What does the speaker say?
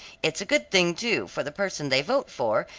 it's a good thing, too, for the person they vote for,